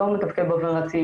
לא מתפקד באופן רציף,